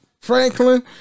Franklin